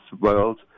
world